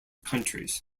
countries